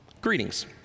greetings